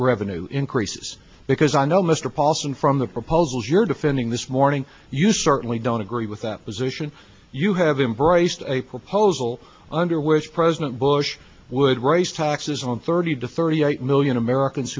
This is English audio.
revenue increases because i know mr paulson from the proposals you're defending this morning you certainly don't agree with that position you have embraced a proposal under which president bush would raise taxes on thirty to thirty eight million americans